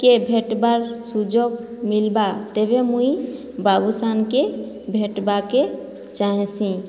କେ ଭେଟ୍ବାର୍ ସୁଯୋଗ୍ ମିଲ୍ବା ତେବେ ମୁଇଁ ବାବୁସାନ୍କେ ଭେଟ୍ବାକେ ଚାହଁସି